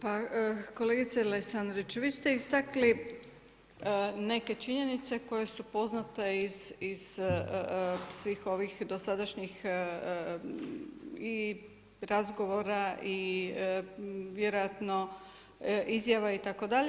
Pa kolegice Lesandrić, vi ste istakli neke činjenice koje su poznate iz svih ovih dosadašnjih i razgovora i vjerojatno izjava itd.